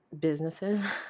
businesses